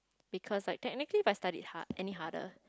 because like technically if I studied hard any harder